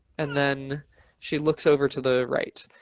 and then she looks over to the right.